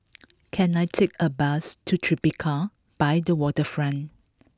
can I take a bus to Tribeca by the waterfront